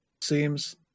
Seems